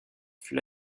fut